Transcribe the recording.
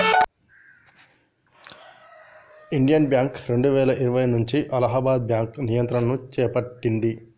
Indian Bank రెండువేల ఇరవై నుంచి అలహాబాద్ బ్యాంకు నియంత్రణను చేపట్టింది